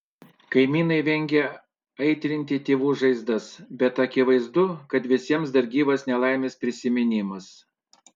kaimynai vengia aitrinti tėvų žaizdas bet akivaizdu kad visiems dar gyvas nelaimės prisiminimas